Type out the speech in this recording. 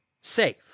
safe